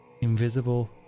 invisible